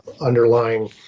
underlying